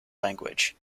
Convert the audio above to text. language